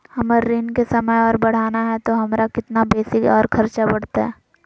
हमर ऋण के समय और बढ़ाना है तो हमरा कितना बेसी और खर्चा बड़तैय?